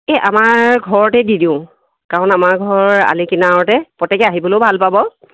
এই আমাৰ ঘৰতে দি দিওঁ কাৰণ আমাৰ ঘৰ আলি কিনাৰতে প্ৰত্যেকে আহিবলৈয়ো ভাল পাব